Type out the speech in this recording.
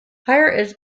higher